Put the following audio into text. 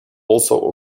also